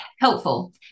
helpful